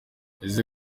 ese